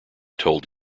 told